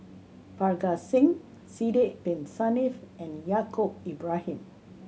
Parga Singh Sidek Bin Saniff and Yaacob Ibrahim